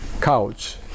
couch